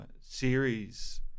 series